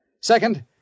Second